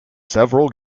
several